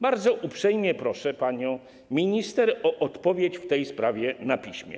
Bardzo uprzejmie proszę panią minister o odpowiedź w tej sprawie na piśmie.